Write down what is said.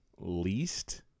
least